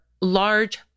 large